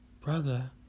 Brother